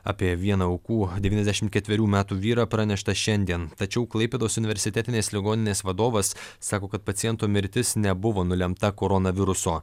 apie vieną aukų devyniasdešimt ketverių metų vyrą pranešta šiandien tačiau klaipėdos universitetinės ligoninės vadovas sako kad paciento mirtis nebuvo nulemta koronaviruso